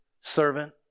servant